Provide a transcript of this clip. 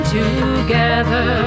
together